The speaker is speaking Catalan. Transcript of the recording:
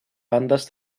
bandes